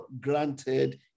granted